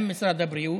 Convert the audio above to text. עם משרד הבריאות,